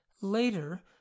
Later